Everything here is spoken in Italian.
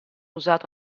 usato